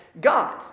God